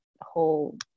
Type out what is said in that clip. whole